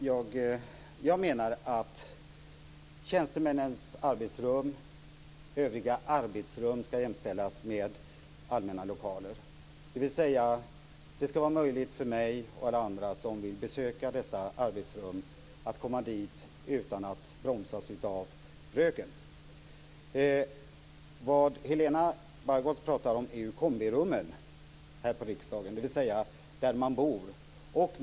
Fru talman! Jag menar att tjänstemännens arbetsrum och övriga arbetsrum skall jämställas med allmänna lokaler, dvs. det skall vara möjligt för mig och alla andra som vill besöka dessa arbetsrum att komma dit utan att bromsas av röken. Vad Helena Bargholtz pratar om är kombirummen här på riksdagen, där man bor.